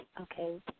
Okay